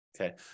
Okay